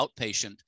outpatient